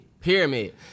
Pyramid